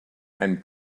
and